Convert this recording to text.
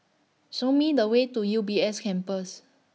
Show Me The Way to U B S Campus